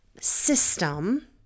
system